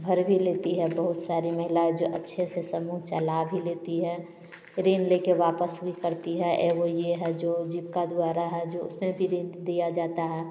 भर भी लेती है बहुत सारी महिलाए जो अच्छे से समूह चला भी लेती है ऋण लेके वापस भी करती है एगो ये है जो जिबका द्वारा है जो उसमें भी ऋण दिया जाता है